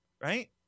Right